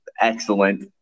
excellent